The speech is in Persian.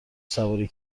سواری